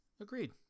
Agreed